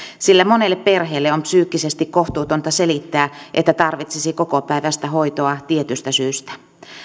sillä monelle perheelle on psyykkisesti kohtuutonta selittää että tarvitsisi kokopäiväistä hoitoa tietystä syystä